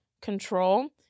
control